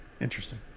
Interesting